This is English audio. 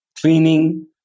cleaning